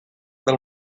del